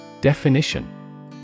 Definition